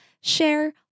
share